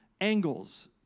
angles